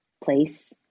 place